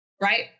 right